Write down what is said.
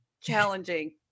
Challenging